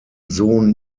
sohn